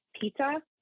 pizza